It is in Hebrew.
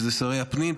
שרי הפנים,